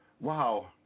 wow